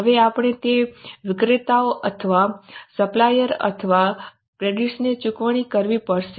હવે આપણે તે વિક્રેતાઓ અથવા સપ્લાયર અથવા ક્રેડિટર્સ ને ચૂકવણી કરવી પડશે